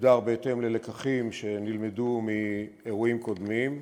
הוגדר בהתאם ללקחים שנלמדו מאירועים קודמים,